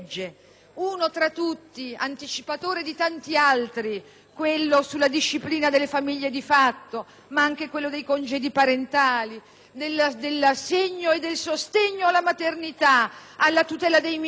uno tra tutti, anticipatore di tanti altri, quello sulla disciplina delle famiglie di fatto, ma anche quello dei congedi parentali, dell'assegno e del sostegno alla maternità, della tutela dei minori,